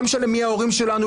לא משנה מי ההורים שלנו,